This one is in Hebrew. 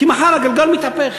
כי מחר הגלגל מתהפך.